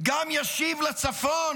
גם ישיב שקט לצפון,